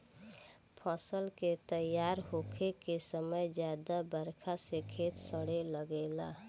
फसल के तइयार होखे के समय ज्यादा बरखा से खेत सड़े लागेला